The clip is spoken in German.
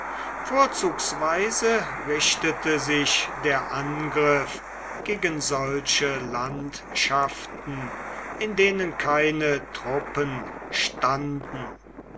vorzugsweise richtete sich der angriff gegen solche landschaften in denen keine truppen standen